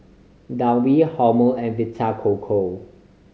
Downy Hormel and Vita Coco